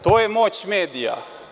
To je moć medija.